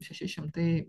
šeši šimtai